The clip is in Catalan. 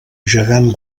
gegant